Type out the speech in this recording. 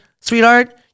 sweetheart